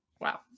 Wow